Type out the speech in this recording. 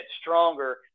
stronger